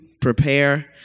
prepare